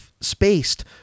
spaced